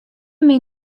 min